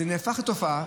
זה נהפך לתופעה.